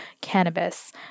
cannabis